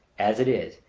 as it is,